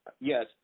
Yes